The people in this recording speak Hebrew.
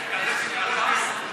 משרד ראש הממשלה,